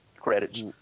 credits